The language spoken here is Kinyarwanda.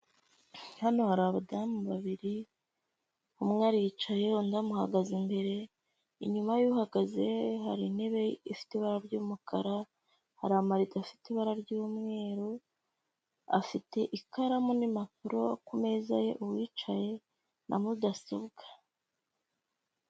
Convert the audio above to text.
Hano hari abadamu babiri umwe aricaye undi amuhagaze imbere, inyuma y'uhagaze hari intebe ifite ibara ry'umukara, hari amarido afite ibara ry'umweru, afite ikaramu n'impapuro ku meza ye uwicaye na mudasobwa.